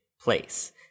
place